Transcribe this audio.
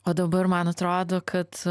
o dabar man atrodo kad